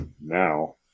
now